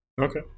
okay